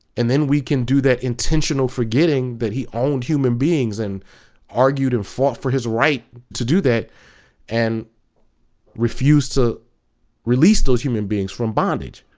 and then we can do that intentional forgetting that he owned human beings and argued and fought for his right to do that and refused to release those human beings from bondage.